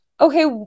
okay